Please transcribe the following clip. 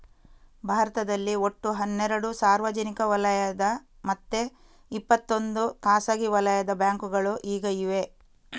ಭಾರತದಲ್ಲಿ ಒಟ್ಟು ಹನ್ನೆರಡು ಸಾರ್ವಜನಿಕ ವಲಯದ ಮತ್ತೆ ಇಪ್ಪತ್ತೊಂದು ಖಾಸಗಿ ವಲಯದ ಬ್ಯಾಂಕುಗಳು ಈಗ ಇವೆ